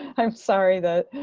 i'm sorry that